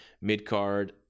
mid-card